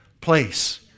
place